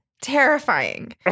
Terrifying